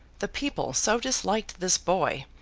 the people so disliked this boy,